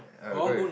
err go with